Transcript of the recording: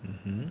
mmhmm